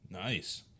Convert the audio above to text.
Nice